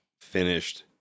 finished